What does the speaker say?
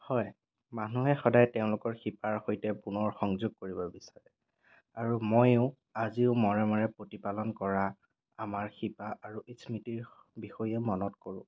হয় মানুহে সদায় তেওঁলোকৰ শিপাৰ সৈতে পুনৰ সংযোগ কৰিব বিচাৰে আৰু মইও আজিও মৰমেৰে প্ৰতিপালন কৰা আমাৰ শিপা আৰু স্মৃতিৰ বিষয়ে মনত কৰোঁ